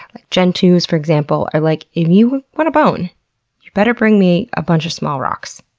like gentoos for example, are like, if you wanna bone, you better bring me a bunch of small rocks.